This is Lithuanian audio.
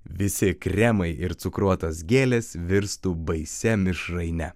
visi kremai ir cukruotos gėlės virstų baisia mišraine